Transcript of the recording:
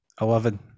Eleven